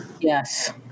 Yes